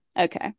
Okay